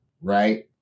right